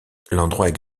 l’endroit